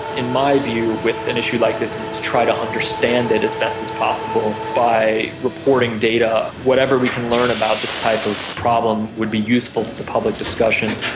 in my view, with an issue like this is to try to understand it as best as possible by reporting data, whatever we can learn about this type of problem would be useful to the public discussion.